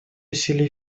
усилий